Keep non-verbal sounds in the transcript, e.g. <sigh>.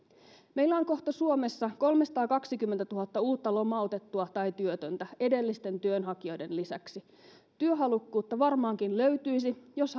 meillä on kohta suomessa kolmesataakaksikymmentätuhatta uutta lomautettua tai työtöntä edellisten työnhakijoiden lisäksi työhalukkuutta varmaankin löytyisi jos <unintelligible>